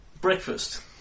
breakfast